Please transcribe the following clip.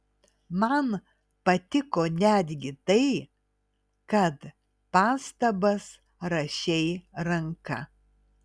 man patiko netgi tai kad pastabas rašei ranka